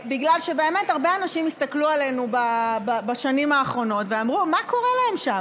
בגלל שהרבה אנשים הסתכלו עלינו בשנים האחרונות ואמרו: מה קורה להם שם?